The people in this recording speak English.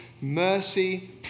mercy